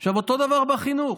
עכשיו, אותו דבר בחינוך.